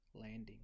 landing